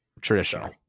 traditional